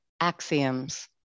axioms